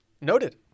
Noted